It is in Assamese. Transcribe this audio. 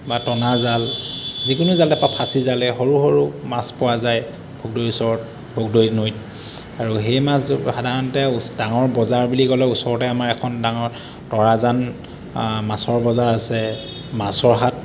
বা টনা জাল যিকোনো জালে বা ফাঁচীজালে সৰু সৰু মাছ পোৱা যায় ভোগদৈ ওচৰত ভোগদৈ নৈত আৰু সেই মাছবোৰ সাধাৰণতে ডাঙৰ বজাৰ বুলি ক'লে ওচৰতে আমাৰ এখন ডাঙৰ তৰাজান মাছৰ বজাৰ আছে মাছৰহাট